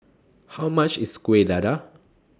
How much IS Kueh Dadar